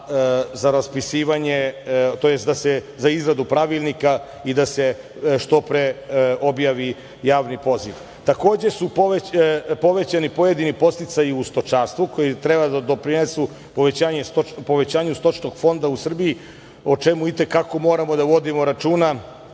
za izradu pravilnika i da se što pre objavi javni poziv. Takođe su povećani pojedini podsticaji u stočarstvu, koji treba da doprinesu povećanju stočnog fonda u Srbiji, o čemu i te kako moramo da vodimo računa,